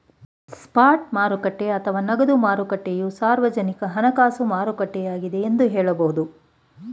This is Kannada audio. ಸ್ಪಾಟ್ ಮಾರುಕಟ್ಟೆ ಅಥವಾ ನಗದು ಮಾರುಕಟ್ಟೆಯು ಸಾರ್ವಜನಿಕ ಹಣಕಾಸು ಮಾರುಕಟ್ಟೆಯಾಗಿದ್ದೆ ಎಂದು ಹೇಳಬಹುದು